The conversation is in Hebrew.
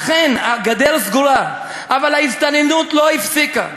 אכן, הגדר סגורה, אבל ההסתננות לא הפסיקה.